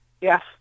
Yes